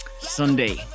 Sunday